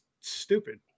stupid